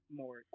more